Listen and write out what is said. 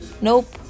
Nope